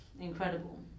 incredible